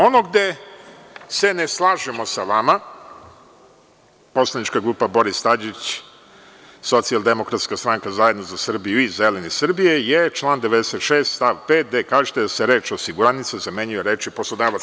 Ono gde se ne slažemo sa vama, Poslanička grupa Boris Tadić – Socijaldemokratska stranka – Zajedno za Srbiju i Zeleni Srbije, je član 96. stav 5. gde kažete da se reč: „osiguranica“ zamenjuje rečju: „poslodavac“